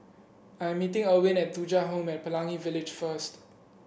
I am meeting Erwin at Thuja Home at Pelangi Village first